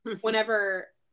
whenever